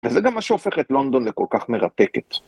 ‫וזה גם מה שהופך את לונדון ‫לכל כך מרתקת.